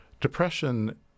depression